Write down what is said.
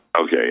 okay